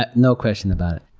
ah no question about it.